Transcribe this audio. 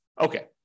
okay